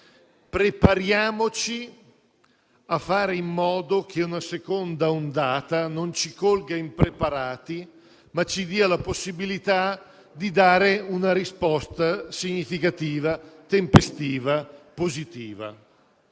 prepariamoci a fare in modo che una seconda ondata non ci colga impreparati, ma ci dia la possibilità di dare una risposta significativa, tempestiva, positiva.